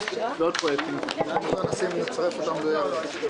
אנחנו עומדים היום על תשעה מיליארד שקלים